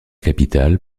capitale